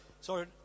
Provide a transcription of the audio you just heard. sorry